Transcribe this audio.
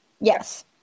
Yes